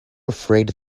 afraid